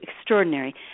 extraordinary